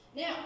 Now